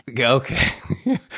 Okay